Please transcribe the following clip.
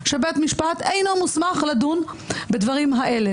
שבית משפט אינו מוסמך לדון בדברים האלה.